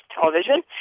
television